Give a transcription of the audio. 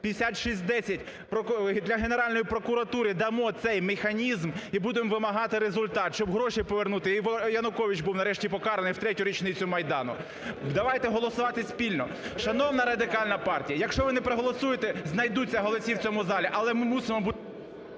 5610, для Генеральної прокуратури дамо цей механізм і будемо вимагати результат, щоб гроші повернути і Янукович був нарешті покараний в третю річницю Майдану. Давайте голосувати спільно! Шановна Радикальна партія, якщо ви не проголосуєте, знайдуться голоси в цьому залі,